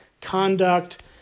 conduct